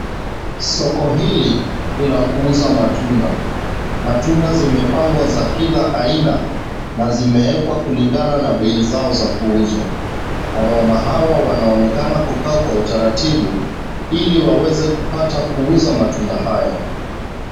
Soko hili ni la kuuza matunda. Matunda zimepangwa za kila aina na zimeekwa kulingana na bei zao za kuuzwa. Wamama hawa wanaonekana kukaa kwa utaratibu, ili waweze kupata kuuza matunda haya.